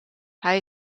hij